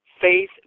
faith